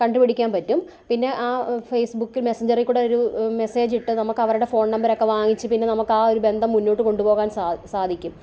കണ്ടു പിടിക്കാൻ പറ്റും പിന്നെ ഫേസ്ബുക്ക് മെസഞ്ചറിൽകൂടെ ഒരു മെസ്സേജ് ഇട്ട് നമുക്ക് അവരുടെ ഫോൺ നമ്പർ ഒക്കെ വാങ്ങിച്ചു പിന്നെ നമുക്ക് ആ ഒരു ബന്ധം മുന്നോട്ട് കൊണ്ടുപോകാൻ സാ സാധിക്കും